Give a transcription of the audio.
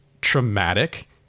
traumatic